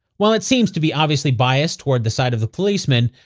while it seems to be obviously biased toward the side of the policemen,